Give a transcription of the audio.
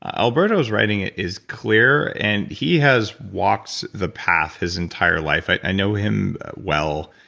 alberto's writing is clear, and he has walked the path his entire life. i know him well.